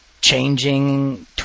changing